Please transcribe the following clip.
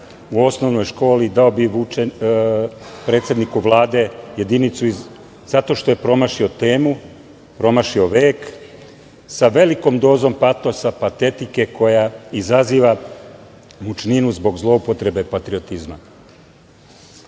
u osnovnoj školi dao bi predsedniku Vlade jedinicu zato što je promašio temu, promašio vek, sa velikom dozom patetike, koja izaziva mučninu zbog zloupotrebe patriotizma.Zašto